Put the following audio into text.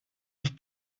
het